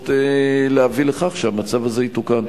ולנסות להביא לכך שהמצב הזה יתוקן.